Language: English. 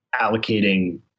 allocating